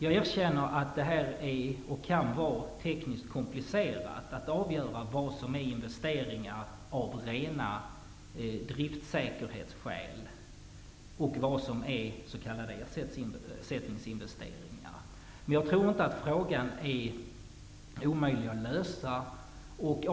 Jag erkänner att det kan vara tekniskt komplicerat att avgöra vilka investeringar som görs av rena driftsäkerhetsskäl och vilka som är ersättningsinvesteringar. Jag tror inte att det är omöjligt att lösa det problemet.